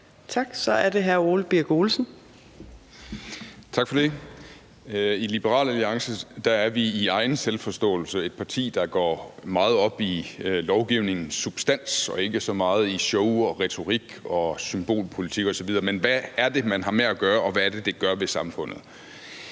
Birk Olesen. Kl. 15:57 Ole Birk Olesen (LA): Tak for det. I Liberal Alliance er vi i egen selvforståelse et parti, der går meget op i lovgivningens substans og ikke så meget i show og retorik og symbolpolitik osv., men vi spørger: Hvad er det, man har med at gøre, og hvad er det, det gør ved samfundet?